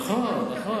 נכון.